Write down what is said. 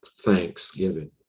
thanksgiving